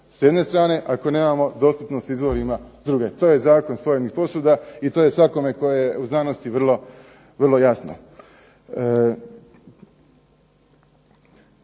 s jedne strane, ako nemamo dostupnost izvorima s druge. To je zakon spojenih posuda i to je svakome tko je u znanosti vrlo jasno.